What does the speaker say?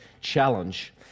challenge